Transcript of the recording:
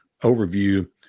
overview